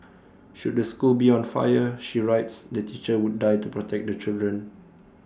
should the school be on fire she writes the teacher would die to protect the children